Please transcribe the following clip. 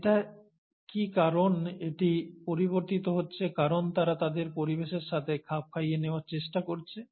এটা কি কারণ এটি পরিবর্তিত হচ্ছে কারণ তারা তাদের পরিবেশের সাথে খাপ খাইয়ে নেওয়ার চেষ্টা করছে